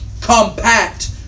compact